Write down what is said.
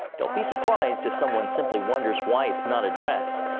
don't be surprised if someone simply wonders why it is not addressed.